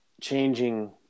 changing